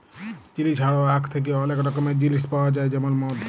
chilli ছাড়াও আখ থ্যাকে অলেক রকমের জিলিস পাউয়া যায় যেমল মদ